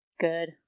Good